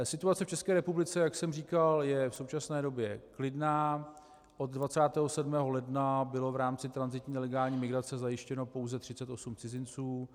Situace v České republice, jak jsem říkal, je v současné době klidná, od 27. ledna bylo v rámci tranzitní nelegální migrace zajištěno pouze 38 cizinců.